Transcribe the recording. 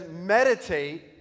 meditate